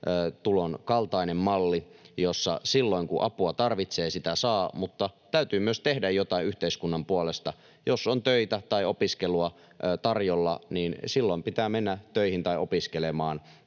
perustulon kaltainen malli, jossa silloin, kun apua tarvitsee, sitä saa, mutta täytyy myös tehdä jotain yhteiskunnan puolesta. Jos on töitä tai opiskelua tarjolla, niin silloin pitää mennä töihin tai opiskelemaan.